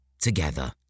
together